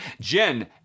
Jen